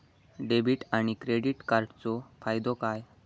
Debit आणि credit कार्डचो फायदो काय?